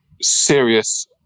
serious